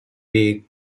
blake